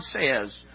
says